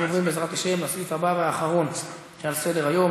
אנחנו עוברים בעזרת השם לסעיף הבא והאחרון שעל סדר-היום,